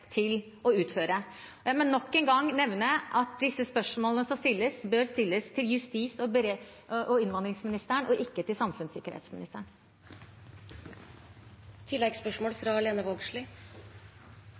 til å utføre. Jeg må også – nok en gang – nevne at disse spørsmålene bør stilles til justis- og innvandringsministeren og ikke til